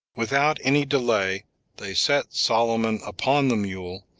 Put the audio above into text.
without any delay they set solomon upon the mule,